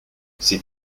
c’est